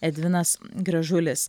edvinas gražulis